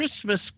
christmas